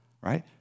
right